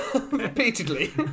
Repeatedly